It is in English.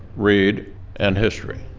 reid and history.